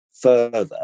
further